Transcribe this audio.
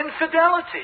infidelity